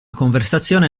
conversazione